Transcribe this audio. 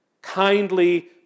kindly